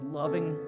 loving